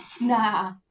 Nah